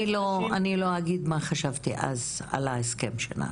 אני לא אגיד מה חשבתי על ההסכם שנעשה.